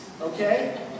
Okay